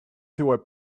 through